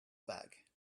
back